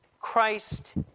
Christ